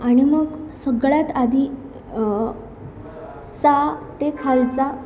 आणि मग सगळ्यात आधी सा ते खालचा